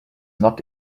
not